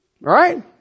Right